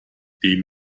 dem